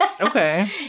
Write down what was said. Okay